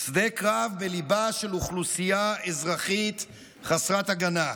שדה קרב בליבה של אוכלוסייה אזרחית חסרת הגנה.